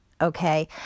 okay